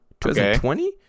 2020